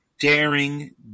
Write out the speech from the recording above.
daring